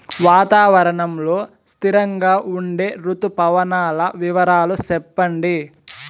వాతావరణం లో స్థిరంగా ఉండే రుతు పవనాల వివరాలు చెప్పండి?